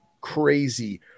Crazy